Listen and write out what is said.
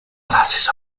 classes